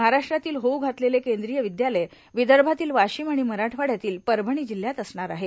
महाराष्ट्रातील होऊ घातलेले केंद्रीय विद्यालय विदर्भातील वाशिम आणि मराठवाड्यातील परभणी जिल्ह्यात असणार आहे